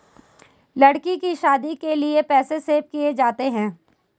लड़की की शादी के लिए पैसे सेव किया जाता है